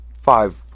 five